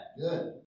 Good